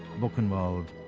buchenwald,